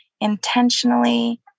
intentionally